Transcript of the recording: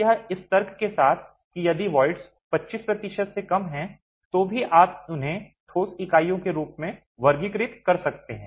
तो यह इस तर्क के साथ है कि यदि voids 25 प्रतिशत से कम हैं तो भी आप उन्हें ठोस इकाइयों के रूप में वर्गीकृत कर सकते हैं